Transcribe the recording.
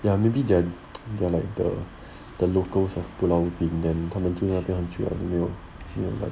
ya maybe they are they are like the the locals of pulau ubin then 他们就要这样啦就没有